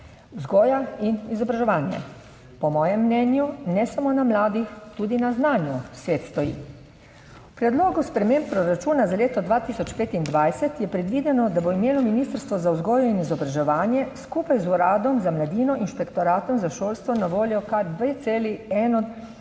vzgoja in izobraževanje. Po mojem mnenju, ne samo na mladih, tudi na znanju svet stoji. V predlogu sprememb proračuna za leto 2025 je predvideno, da bo imelo Ministrstvo za vzgojo in izobraževanje skupaj z Uradom za mladino, Inšpektoratom za šolstvo na voljo kar